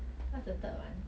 what's the third one